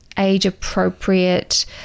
age-appropriate